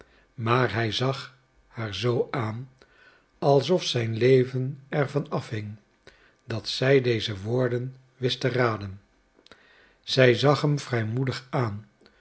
maar hij zag haar zoo aan alsof zijn leven er van af hing dat zij deze woorden wist te raden zij zag hem vrijmoedig aan